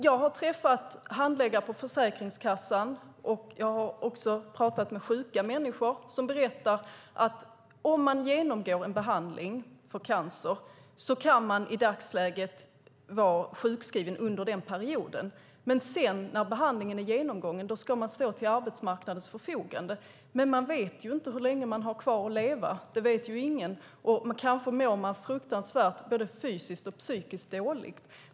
Jag har träffat handläggare på Försäkringskassan, och jag har också pratat med sjuka människor som berättar att om man genomgår en behandling för cancer kan man i dagsläget vara sjukskriven under den perioden. När behandlingen sedan är genomgången ska man stå till arbetsmarknadens förfogande, men man vet ju inte hur länge man har kvar att leva. Det vet ingen, och man mår kanske fruktansvärt dåligt både fysiskt och psykiskt.